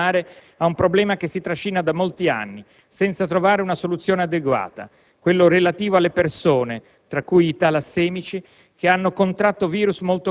Mi riferisco in particolare ad un problema che si trascina da molti anni senza trovare una soluzione adeguata, quello relativo alle persone, tra cui i talassemici,